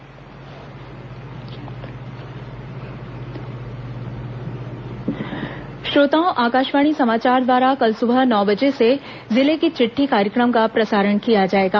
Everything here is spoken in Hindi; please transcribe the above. जिले की चिट्ठी श्रोताओं आकाशवाणी समाचार द्वारा कल सुबह नौ बजे जिले की चिट्ठी कार्यक्रम का प्रसारण किया जाएगा